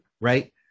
Right